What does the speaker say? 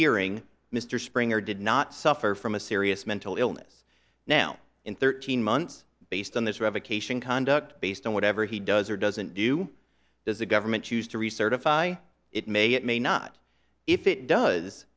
hearing mr springer did not suffer from a serious mental illness now in thirteen months based on this revocation conduct based on whatever he does or doesn't do does the government choose to recertify it may it may not if it does